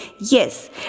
Yes